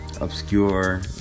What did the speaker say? Obscure